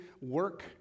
work